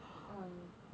err